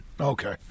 Okay